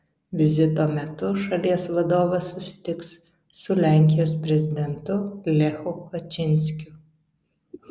vizito metu šalies vadovas susitiks su lenkijos prezidentu lechu kačynskiu